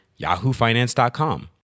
YahooFinance.com